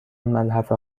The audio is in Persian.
ملحفه